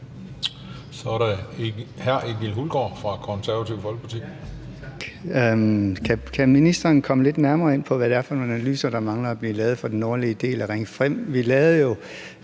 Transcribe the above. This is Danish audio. Kl. 12:48 Egil Hulgaard (KF): Tak. Kan ministeren komme lidt nærmere ind på, hvad det er for nogle analyser, der mangler at blive lavet for den nordlige del af Ring 5?